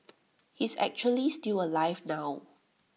he's actually still alive now